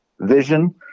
Vision